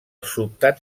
sobtat